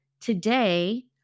today